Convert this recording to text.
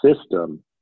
system